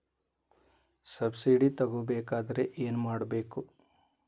Subsidy ತಗೊಬೇಕಾದರೆ ಏನು ಮಾಡಬೇಕು?